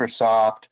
Microsoft